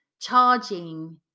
charging